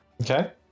Okay